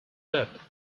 that